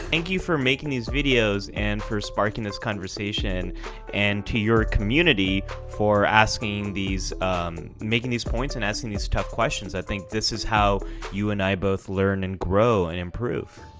thank you for making these videos and for sparking this conversation and to your community for asking these making these points and asking these tough questions. i think this is how you and i both learn and grow and improve.